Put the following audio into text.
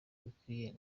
bikwiye